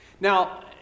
Now